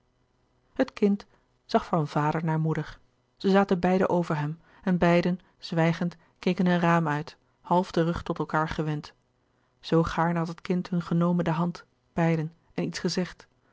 het kind zag van vader naar moeder zij zaten beiden over hem en beiden zwijgend keken een raam uit half den rug tot elkaâr gewend zoo gaarne had het kind hun genomen de hand beiden en iets gezegd